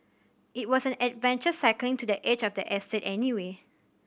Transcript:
it was an adventure cycling to the edge of the estate anyway